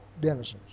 denizens